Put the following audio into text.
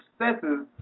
successes